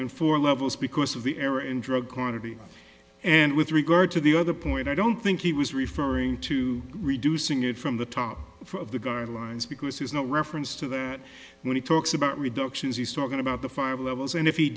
in four levels because of the error in drug court t v and with regard to the other point i don't think he was referring to reducing it from the top of the guidelines because there's no reference to that when he talks about reductions he's talking about the five levels and if he